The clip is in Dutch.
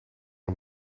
een